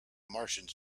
martians